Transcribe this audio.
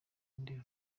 nde